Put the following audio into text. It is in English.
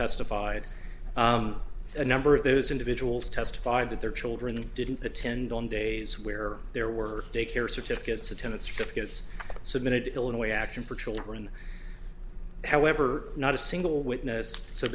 testified a number of those individuals testified that their children didn't attend on days where there were daycare certificates attendance good gets submitted to illinois action for children however not a single witness so